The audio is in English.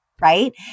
Right